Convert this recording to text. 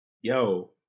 yo